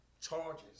charges